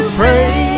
pray